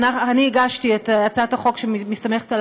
אני הגשתי את הצעת החוק שמסתמכת על